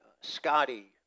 Scotty